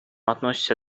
относится